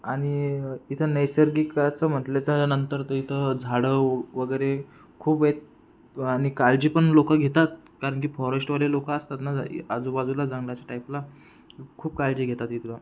आणि इथं नैसगिकाचं म्हटलंच्या नंतर तर इथं झाडं व वगैरे खूप आहेत आणि काळजी पण लोक घेतात कारण की फॉरेश्टवाले लोक असतात ना आजूबाजूला जंगलाच्या टाईपला खूप काळजी घेतात इथलं